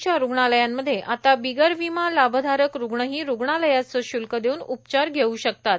च्या रूग्णालयांमध्ये आता बिगर वीमा लाभधारक रूग्णही रूग्णालयाचे शुल्क देऊन उपचार घेव् शकतात